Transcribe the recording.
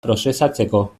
prozesatzeko